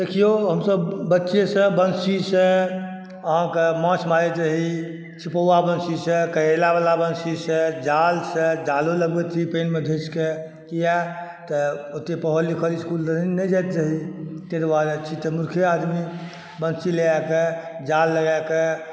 देखियौ हमसब बच्चे सँ बंशी सॅं आहाँके माछ मारैत रही छिपौवा बंशी सॅं तरैला वाला बंशी सॅं जाल सॅं जालो लगबैत रही पानिमे धसि कऽ किया तऽ ओते पढ़ल लिखल इसकुल तऽ नहि जायत रही ताहि दुआरे छी तऽ मूर्खे आदमी बंशी लए कऽ जाल लगाय कऽ